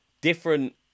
different